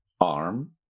arm